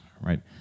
right